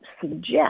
suggest